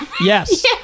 Yes